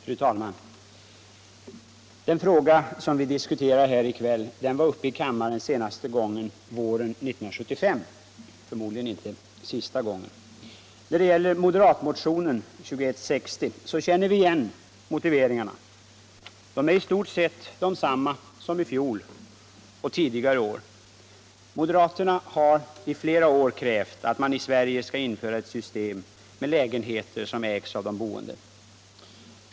Fru talman! Den fråga som vi diskuterar i kväll var uppe i kammaren senast våren 1975, förmodligen inte för sista gången. Vi känner igen motiveringarna i moderatmotionen 2160; de är i stort sett desamma som i fjol och tidigare år. Moderaterna har i flera år krävt att man i Sverige skall införa ett system med lägenheter som ägs av de boende.